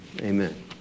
Amen